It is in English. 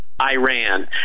Iran